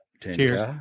cheers